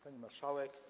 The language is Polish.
Pani Marszałek!